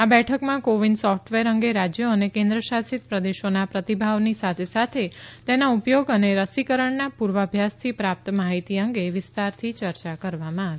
આ બેઠકમાં કોવિડન સોફટવેર અંગે રાજદ્યો અને કેન્દ્રશાસિત પ્રદેશોના પ્રતિભાવની સાથે સાથે તેના ઉપયોગ અને રસીકરણના પુર્વાભ્યાસથી પ્રાપ્ત માહિતી અંગે વિસ્તારથી ચર્યા કરવામાં આવી